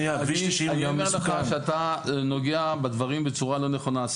אני אומר לך שאתה נוגע בדברים בצורה לא נכונה,